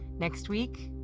next week?